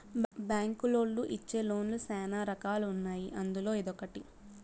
బ్యాంకులోళ్ళు ఇచ్చే లోన్ లు శ్యానా రకాలు ఉన్నాయి అందులో ఇదొకటి